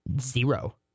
Zero